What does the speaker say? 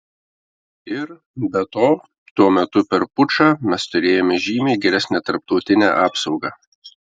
ir be to tuo metu per pučą mes turėjome žymiai geresnę tarptautinę apsaugą